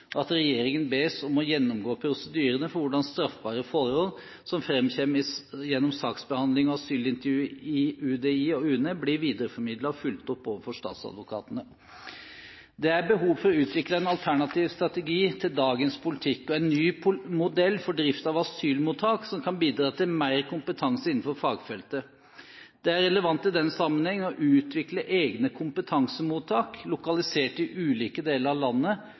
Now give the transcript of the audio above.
og regjeringen bes om å gjennomgå prosedyrene for hvordan straffbare forhold som framkommer gjennom saksbehandling og asylintervju i UDI og UNE, blir videreformidlet og fulgt opp overfor statsadvokatene. Det er behov for å utvikle en alternativ strategi til dagens politikk og en ny modell for drift av asylmottak som kan bidra til mer kompetanse innenfor fagfeltet. Det er relevant i den sammenheng å utvikle egne kompetansemottak, lokalisert i ulike deler av landet,